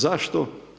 Zašto?